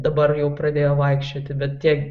dabar jau pradėjo vaikščioti bet tiek